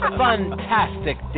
fantastic